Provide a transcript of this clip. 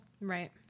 Right